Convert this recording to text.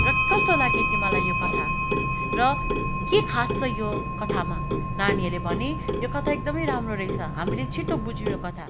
र कस्तो लाग्यो तिमीहरूलाई यो कथा र के खास छ यो कथामा नानीहरूले भने यो कथा एकदमै राम्रो रहेछ हामीले छिट्टो बुझ्यौँ यो कथा